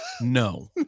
No